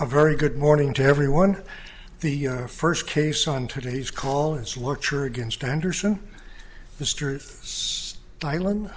a very good morning to everyone the first case on today's call is what you're against anderson mr us island